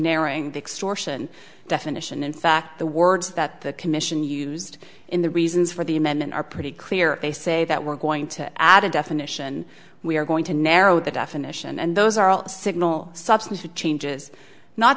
narrowing extortion definition in fact the words that the commission used in the reasons for the amendment are pretty clear they say that we're going to add a definition we're going to narrow the definition and those are all signal substantive changes not